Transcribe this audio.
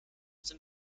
dem